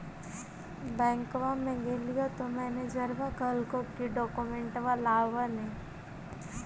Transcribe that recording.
बैंकवा मे गेलिओ तौ मैनेजरवा कहलको कि डोकमेनटवा लाव ने?